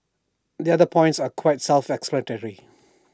the other points are quite self explanatory